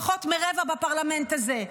פחות מרבע בפרלמנט הזה,